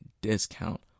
discount